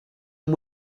and